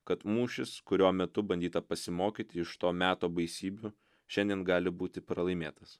kad mūšis kurio metu bandyta pasimokyt iš to meto baisybių šiandien gali būti pralaimėtas